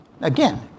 Again